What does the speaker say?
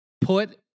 put